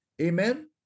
Amen